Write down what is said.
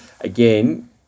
Again